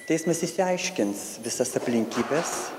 teismas išsiaiškins visas aplinkybes